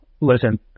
listen